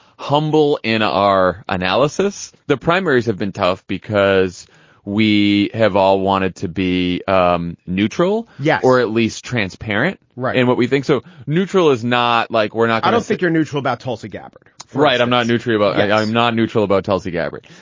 humble in our analysis. the primaries have been tough because we have all wanted to be um neutral yet, yeah or at least transparent in and what we think so neutral is not like we're not. i don't think you're neutral about tulsi gabbard, right? i'm not neutral about that. yeah i'm not neutral about tulsi gabbard.